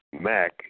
Mac